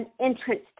entrance